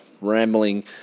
rambling